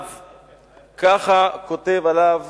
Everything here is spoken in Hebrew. וככה כותב עליו